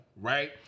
right